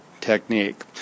technique